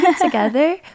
together